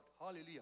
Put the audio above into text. Hallelujah